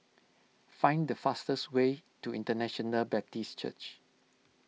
find the fastest way to International Baptist Church